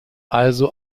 also